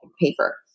paper